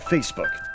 Facebook